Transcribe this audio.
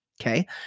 Okay